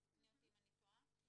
תקני אותי אם אני טועה.